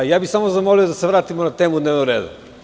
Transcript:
Samo bih zamolio da se vratimo na temu dnevnog reda.